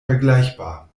vergleichbar